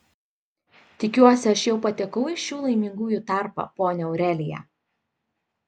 tikiuosi aš jau patekau į šių laimingųjų tarpą ponia aurelija